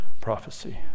prophecy